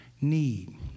need